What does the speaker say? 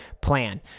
plan